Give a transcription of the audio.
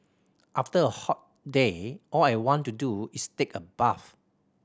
after a hot day all I want to do is take a bath